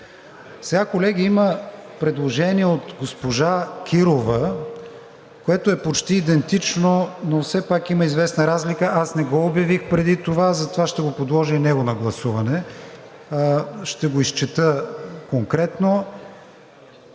Сега, колеги, има предложение от госпожа Кирова, което е почти идентично, но все пак има известна разлика. Не го обявих преди това, затова ще подложа и него на гласуване. Ще го изчета конкретно.